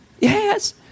Yes